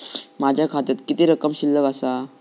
माझ्या खात्यात किती रक्कम शिल्लक आसा?